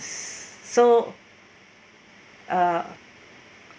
so uh